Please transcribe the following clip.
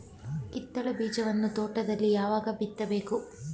ಕಿತ್ತಳೆ ಬೀಜವನ್ನು ತೋಟದಲ್ಲಿ ಯಾವಾಗ ಬಿತ್ತಬೇಕು?